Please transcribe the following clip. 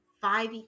five